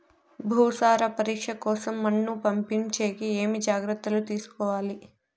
భూసార పరీక్ష కోసం మన్ను పంపించేకి ఏమి జాగ్రత్తలు తీసుకోవాలి?